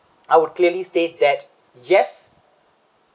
I would clearly state that yes